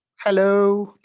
hello?